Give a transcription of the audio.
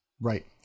Right